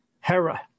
Hera